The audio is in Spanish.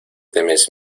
temes